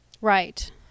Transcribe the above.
right